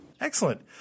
Excellent